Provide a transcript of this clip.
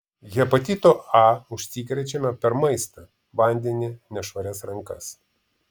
hepatitu a užsikrečiama per maistą vandenį nešvarias rankas